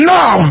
Now